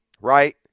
right